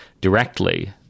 directly